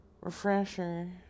refresher